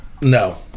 No